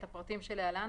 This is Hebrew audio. את הפרטים שלהלן,